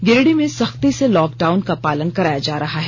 गिरिडीह में सख्ती से लॉकडाउन का पालन कराया जा रहा है